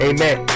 Amen